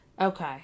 Okay